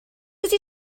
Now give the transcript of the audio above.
ydy